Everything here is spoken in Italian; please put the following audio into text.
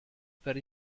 per